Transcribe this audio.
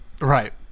right